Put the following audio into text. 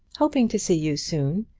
hoping to see you soon,